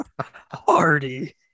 Hardy